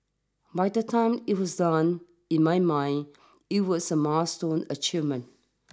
by the time it was done in my mind it was a milestone achievement